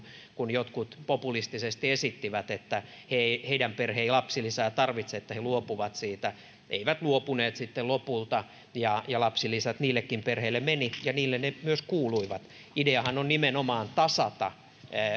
kun jotkut joskus populistisesti esittivät että heidän perheensä ei lapsilisää tarvitse että he luopuvat siitä eivät luopuneet sitten lopulta ja ja lapsilisät niillekin perheille menivät ja niille ne myös kuuluivat ideahan on nimenomaan tasata